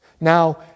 Now